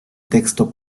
texto